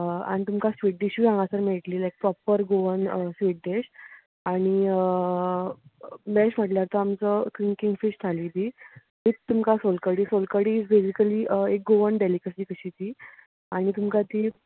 आमी तुमकां स्वीट डिशूय हांगासर मेयटली लायक प्रोपर गोवन स्वीट डीश आनी बश्ट म्हळ्यार आतां आमची किंगफीश थाली वित तुमका सोलकडी सोलकडी धविकडी एक गोवन डेलिकसी कशी ती आनी तुमका ती